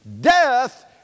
Death